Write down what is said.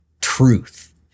truth